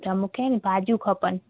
त मूंखे भाॼियूं खपनि